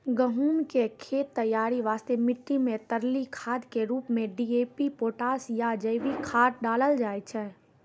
गहूम के खेत तैयारी वास्ते मिट्टी मे तरली खाद के रूप मे डी.ए.पी पोटास या जैविक खाद डालल जाय छै